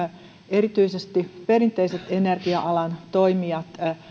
erityisesti perinteiset energia alan toimijat ovat